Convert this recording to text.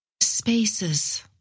Spaces